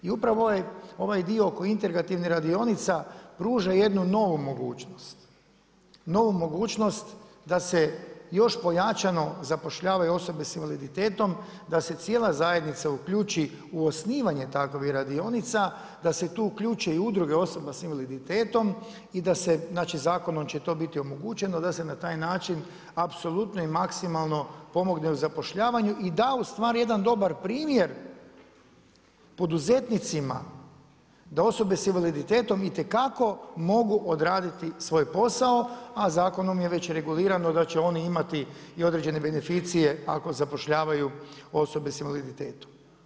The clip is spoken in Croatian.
I upravo ovaj dio oko integrativne radionice, pruža jednu novu mogućnost da se još pojačano zapošljavaju osobe s invaliditetom, da se cijela zajednica uključi u osnivanje takvih radionica, da se tu uključe i udruge osoba s invaliditetom i da se znači, zakonom će to biti omogućeno, da se na taj način apsolutno i maksimalno pomogne u zapošljavanju i da ustvari jedan dobar primjer poduzetnicima da osobe s invaliditetom itekako mogu odraditi svoj posao a zakonom je već regulirano da će oni imati i određene beneficije ako zapošljavaju osobe s invaliditetom.